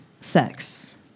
sex